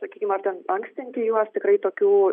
sakykim ar ten ankstinti juos tikrai tokių